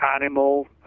animal